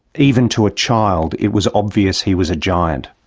even to a child, it was obvious he was a giant.